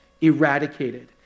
eradicated